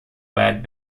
باید